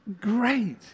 great